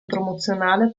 promozionale